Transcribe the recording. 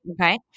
okay